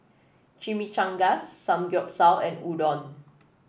Chimichangas Samgyeopsal and Udon